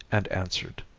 and answered